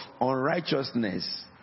unrighteousness